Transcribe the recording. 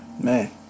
Man